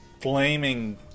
flaming